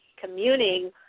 communing